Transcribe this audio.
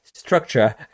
structure